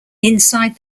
inside